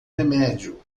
remédio